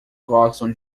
gostam